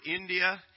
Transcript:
India